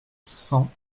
cent